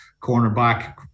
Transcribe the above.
cornerback